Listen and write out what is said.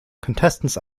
contestants